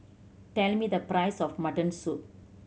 tell me the price of mutton soup